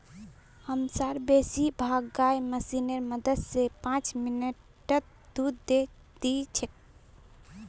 हमसार बेसी भाग गाय मशीनेर मदद स पांच मिनटत दूध दे दी छेक